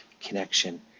connection